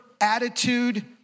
attitude